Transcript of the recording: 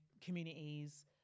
communities